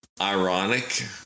ironic